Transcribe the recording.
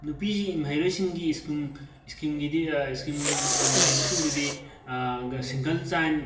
ꯅꯨꯄꯤꯒꯤ ꯃꯍꯩꯔꯣꯏꯁꯤꯡꯒꯤ ꯁ꯭ꯀꯨꯝ ꯁ꯭ꯀꯤꯝꯒꯤꯗꯤ ꯁ꯭ꯀꯤꯝ ꯂꯩꯕꯁꯤꯡꯗꯨꯗꯤ ꯒ ꯁꯤꯡꯒꯜ ꯆꯥꯏꯟ